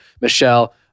Michelle